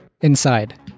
Inside